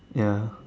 ya